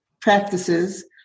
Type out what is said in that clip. practices